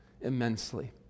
immensely